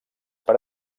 per